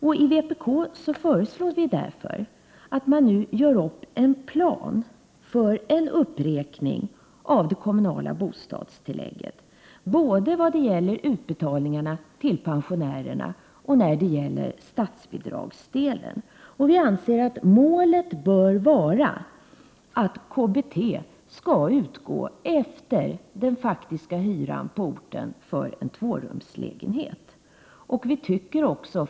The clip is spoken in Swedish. Vi i vpk föreslår därför att man gör upp en plan för en uppräkning av det kommunala bostadstillägget både vad gäller utbetalningarna till pensionärerna och vad gäller statsbidragsdelen. Vi anser att målet bör vara att KBT skall utgå efter den faktiska hyran på orten för en tvårumslägenhet.